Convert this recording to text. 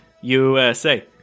USA